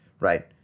right